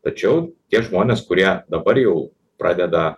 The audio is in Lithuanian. tačiau tie žmonės kurie dabar jau pradeda